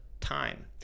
time